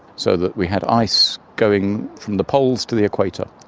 so that we had ice going from the poles to the equator.